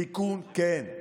תיקון, כן,